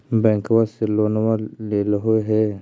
बैंकवा से लोनवा लेलहो हे?